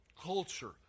culture